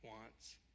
wants